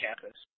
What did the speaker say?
campus